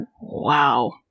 Wow